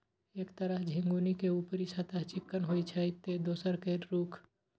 एक तरह झिंगुनी के ऊपरी सतह चिक्कन होइ छै, ते दोसर के रूख